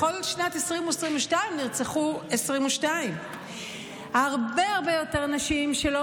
בכל שנת 2022 נרצחו 22. הרבה הרבה יותר נשים שלא